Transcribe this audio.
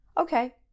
Okay